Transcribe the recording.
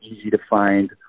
easy-to-find